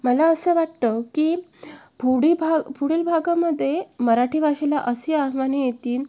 मला असं वाटतं की फुडी भाग पुढील भागामध्ये मराठी भाषेला असे आव्हाने येतील